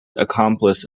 accomplice